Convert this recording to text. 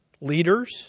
leaders